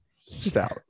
stout